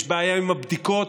יש בעיה עם הבדיקות,